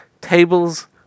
tables